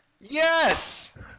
Yes